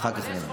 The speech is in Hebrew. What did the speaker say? אחר כך תדבר.